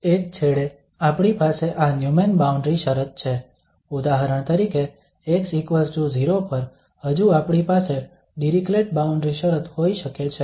એક છેડે આપણી પાસે આ ન્યુમેન બાઉન્ડ્રી શરત છે ઉદાહરણ તરીકે x0 પર હજુ આપણી પાસે ડિરીક્લેટ બાઉન્ડ્રી શરત હોઈ શકે છે